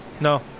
No